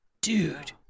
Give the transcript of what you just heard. Dude